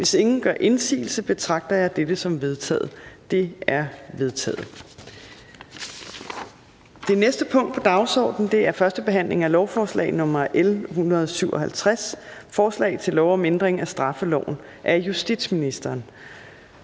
Hvis ingen gør indsigelse, betragter jeg dette som vedtaget. Det er vedtaget. --- Det næste punkt på dagsordenen er: 6) 1. behandling af lovforslag nr. L 157: Forslag til lov om ændring af straffeloven. (Skærpet straf